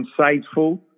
insightful